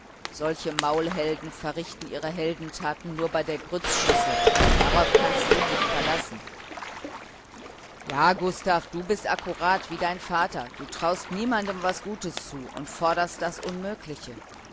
solche maulhelden verrichten ihre heldentaten nur bei der grützschüssel darauf kannst du dich verlassen ja gustav du bist akkurat wie dein vater du traust niemandem was gutes zu und forderst das unmögliche